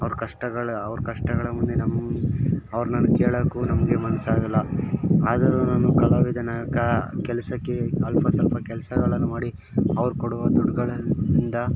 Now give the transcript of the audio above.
ಅವ್ರ ಕಷ್ಟಗಳು ಅವ್ರ ಕಷ್ಟಗಳ ಮುಂದೆ ನಮ್ಮ ಅವ್ರ ನನಗೆ ಕೇಳೋಕ್ಕೂ ನಮಗೆ ಮನ್ಸು ಆಗಲ್ಲ ಆದರೂ ನಾನು ಕಲಾವಿದನ ಕಾ ಕೆಲಸಕ್ಕೆ ಅಲ್ಪ ಸ್ವಲ್ಪ ಕೆಲಸಗಳನ್ನ ಮಾಡಿ ಅವ್ರು ಕೊಡುವ ದುಡ್ಡುಗಳಿಂದ